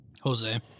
Jose